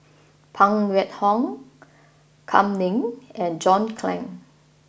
Phan Wait Hong Kam Ning and John Clang